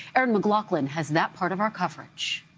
erin mcloughlin has that part of our coverage